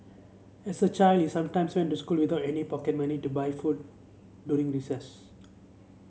as a child he sometimes went to school without any pocket money to buy food during recess